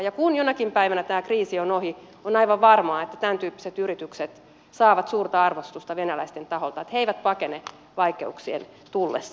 ja kun jonakin päivänä tämä kriisi on ohi on aivan varmaa että tämäntyyppiset yritykset saavat suurta arvostusta venäläisten taholta he eivät pakene vaikeuksien tullessa